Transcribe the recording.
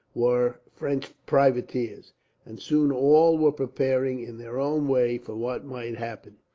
were french privateers and soon all were preparing, in their own way, for what might happen.